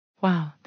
Wow